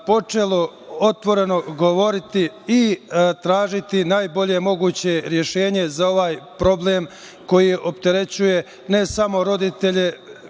počelo otvoreno govoriti i tražiti najbolje moguće rešenje za ovaj problem koji opterećuje ne samo roditelje